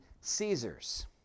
Caesar's